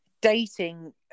dating